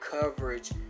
coverage